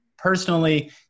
Personally